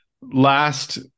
Last